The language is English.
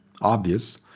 obvious